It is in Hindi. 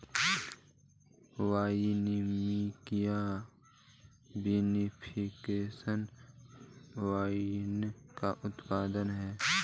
वाइनमेकिंग या विनिफिकेशन वाइन का उत्पादन है